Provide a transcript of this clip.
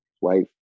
wife